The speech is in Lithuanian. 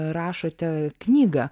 rašote knygą